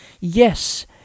Yes